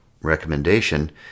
recommendation